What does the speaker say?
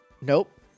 Nope